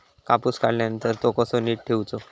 कापूस काढल्यानंतर तो कसो नीट ठेवूचो?